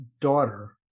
daughter